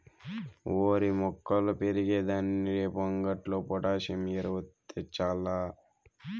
ఓరి మొక్కలు పెరిగే దానికి రేపు అంగట్లో పొటాసియం ఎరువు తెచ్చాల్ల